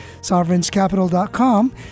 Sovereign'sCapital.com